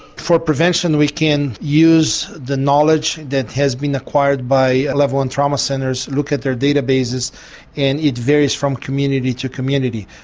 for prevention we can use the knowledge that has been acquired by level one trauma centres, look at their data bases and it varies from community to community.